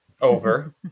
Over